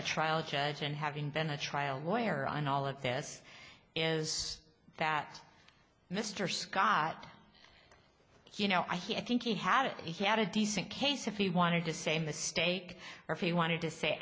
a trial judge and having been a trial lawyer and all of this is that mr scott you know i hear i think he had a he had a decent case if he wanted to save the state or if you wanted to say